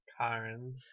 Karen